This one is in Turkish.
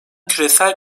küresel